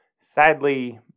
Sadly